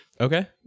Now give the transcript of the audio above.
Okay